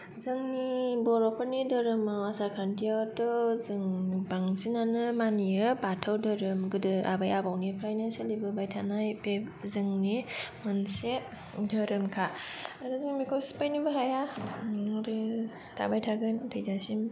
जोंनि बर'फोरनि धोरोम आसार खान्थियाथ' जों बांसिनानो मानियो बाथौ धोरोम गोदो आबै आबौनिफ्रायनो सोलिबोबाय थानाय बे जोंनि मोनसे धोरोमखा आरो जों बेखौ सेफायनोबो हाया आरो थाबाय थागोन थैजासिम